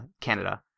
Canada